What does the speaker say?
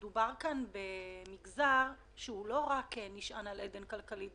מדובר כאן במגזר שלא רק נשען על אדן כלכלי.